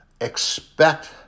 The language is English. Expect